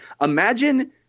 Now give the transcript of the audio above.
imagine